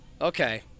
Okay